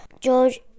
George